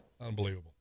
Unbelievable